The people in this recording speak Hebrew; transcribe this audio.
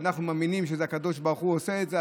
ואנחנו מאמינים שהקדוש ברוך הוא עושה את זה.